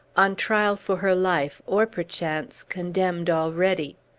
on trial for her life, or, perchance, condemned already.